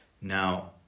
now